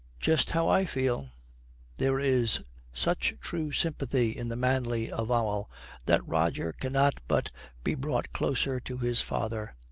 just how i feel there is such true sympathy in the manly avowal that roger cannot but be brought closer to his father.